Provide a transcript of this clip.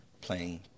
playing